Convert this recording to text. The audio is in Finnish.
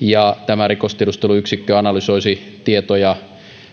ja tämä rikostiedusteluyksikkö analysoisi tietoja